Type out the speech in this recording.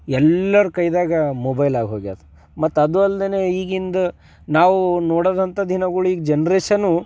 ಎಲ್ಲರ ಕೈಯಾಗ ಮೊಬೈಲ್ ಆಗಿ ಹೋಗಿದೆ ಮತ್ತು ಅದು ಅಲ್ದೇ ಈಗಿಂದ ನಾವು ನೋಡದಂಥ ದಿನಗಳಿಗೆ ಜನ್ರೇಷನು